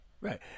right